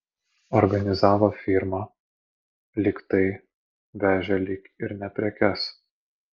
organizavo firmą lyg tai vežė lyg ir ne prekes